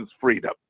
freedom